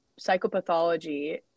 psychopathology